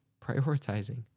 prioritizing